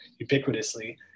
ubiquitously